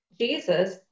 Jesus